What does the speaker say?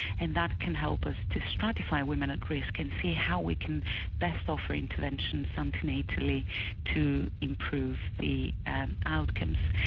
and that can help us to stratify women at risk and see how we can best offer intervention antenatally to improve the and outcomes.